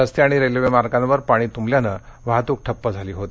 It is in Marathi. रस्ते आणि रेल्वे मार्गांवर पाणी तुंबल्यानं वाहतुक ठप्प झाली होती